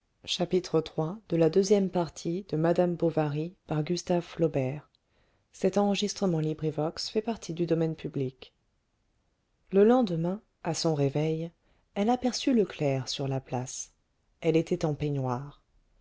le lendemain à son réveil elle aperçut le clerc sur la place elle était en peignoir